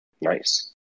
nice